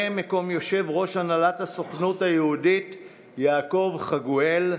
מקום יושב-ראש הנהלת הסוכנות היהודית יעקב חגואל,